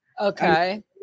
Okay